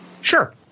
Sure